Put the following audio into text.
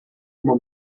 uma